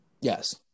Yes